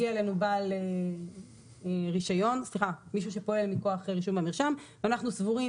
הגיע אלינו מישהו שפועל מכוח רישום במרשם ואנחנו סבורים